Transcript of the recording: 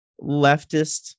leftist